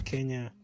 Kenya